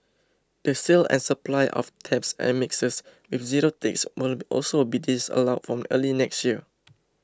the sale and supply of taps and mixers with zero ticks will also be disallowed from early next year